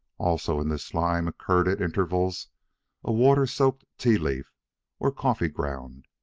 also, in this slime occurred at intervals a water-soaked tea-leaf or coffee-ground,